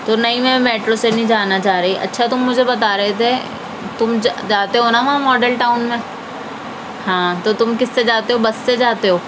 تو نہیں میں میٹرو سے نہیں جانا چاہ رہی اچھا تم مجھے بتا رہے تھے تم جا جاتے ہو نا وہاں ماڈل ٹاؤن میں ہاں تو تم کس سے جاتے ہو بس سے جاتے ہو